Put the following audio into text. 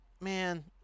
Man